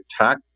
tech